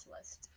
list